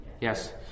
Yes